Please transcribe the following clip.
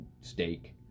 steak